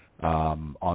on